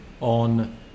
on